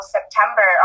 September